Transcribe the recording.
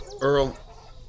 Earl